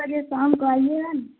چلیے شام کو آئیے گا